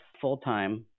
full-time